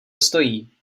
stojí